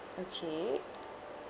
okay